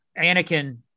Anakin